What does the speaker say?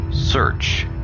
Search